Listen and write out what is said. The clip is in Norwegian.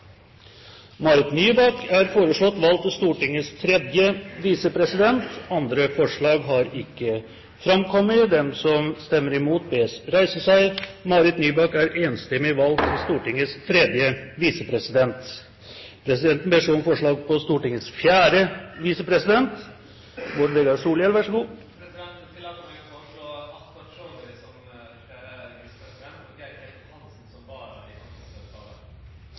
Marit Nybakk. Marit Nybakk er foreslått valgt til Stortingets tredje visepresident. – Andre forslag foreligger ikke. Presidenten ber så om forslag på Stortingets fjerde visepresident. Eg tillèt meg å foreslå